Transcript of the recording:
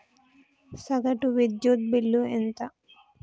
సగటు విద్యుత్ బిల్లు ఎంత?